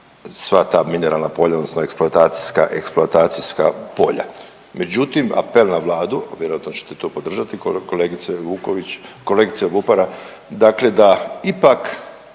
sva ta mineralna polja odnosno eksploatacijska, eksploatacijska polja. Međutim apel na Vladu, vjerojatno ćete to podržati kolegice Vuković, kolegice Vupara, dakle da ipak